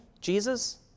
Jesus